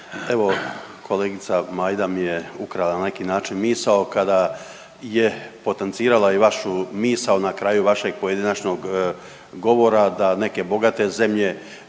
evo kolegica Majda mi je ukrala na neki način misao kada je potencirala i vašu misao na kraju vašeg pojedinačnog govora da neke bogate zemlje